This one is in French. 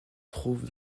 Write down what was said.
trouve